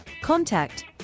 contact